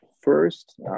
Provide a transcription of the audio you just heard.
First